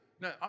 No